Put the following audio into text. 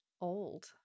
old